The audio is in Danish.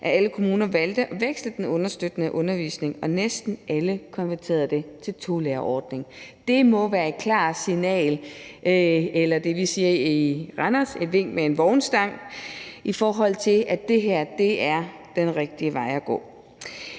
af alle kommuner valgte at veksle den understøttende undervisning, og næsten alle konverterede det til tolærerordningen. Det må være et klart signal, eller som vi siger i Randers, et vink med en vognstang, i forhold til at det her er den rigtige vej at gå.